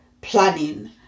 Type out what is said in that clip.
planning